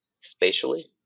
spatially